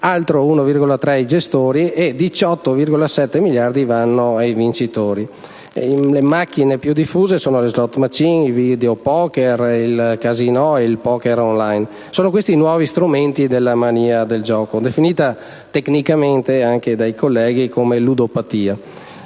1,3 ai gestori e 18,7 ai vincitori. Le macchine più diffuse sono le *slot machine,* i *videopoker,* il casinò e i *poker on line:* sono questi i nuovi strumenti della mania del gioco definita tecnicamente, anche dai colleghi, come ludopatia.